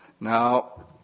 Now